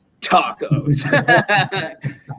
tacos